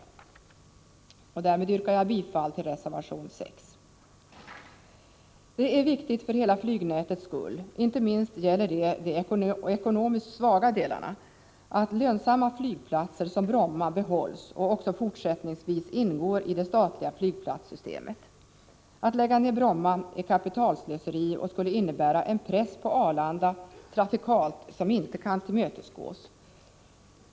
Därmed yrkar jag bifall till reservation 6. Det är viktigt för hela flygnätets skull — inte minst gäller det de ekonomiskt svaga delarna — att lönsamma flygplatser som Bromma behålls och också fortsättningsvis ingår i det statliga flygplatssystemet. Att lägga ned Bromma är kapitalslöseri och skulle innebära en press på Arlanda trafikmässigt som inte kan accepteras.